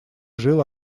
жил